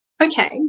okay